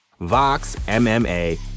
VOXMMA